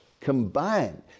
combined